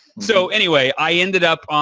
so, anyway, i ended up,